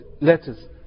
letters